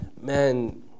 man